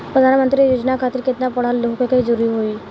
प्रधानमंत्री योजना खातिर केतना पढ़ल होखे के होई?